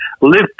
live